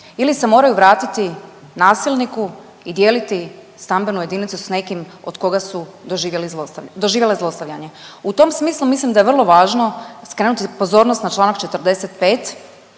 ili se moraju vratiti nasilniku i dijeliti stambenu jedinicu s nekim od koga su doživjeli zlost… doživjele zlostavljanje. U tom smislu mislim da je vrlo važno skrenuti pozornost na Članak 45.